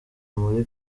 muri